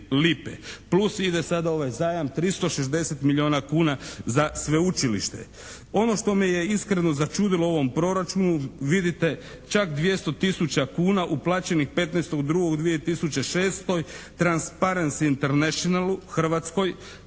plus ide sada ovaj zajam 360 milijuna kuna za sveučilište. Ono što me iskreno začudilo u ovome proračunu vidite čak 200 tisuća kuna uplaćenih 15.2.2006. Transparency Internationalu Hrvatskoj